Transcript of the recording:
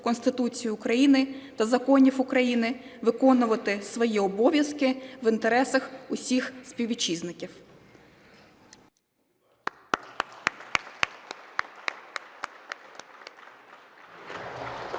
Конституції України та законів України, виконувати свої обов'язки в інтересах усіх співвітчизників.